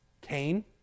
Cain